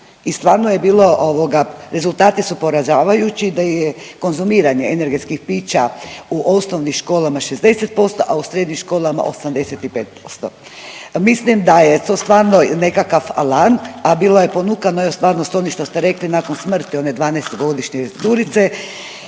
i stvarno je bilo rezultati su poražavajući da je konzumiranje energetskih pića u osnovnim školama 60%, a u srednjim školama 85%. Mislim da je to stvarno nekakav alarm, a bilo je ponukano i .../Govornik se ne razumije./... ono što ste rekli nakon smrti one 12-godišnje curice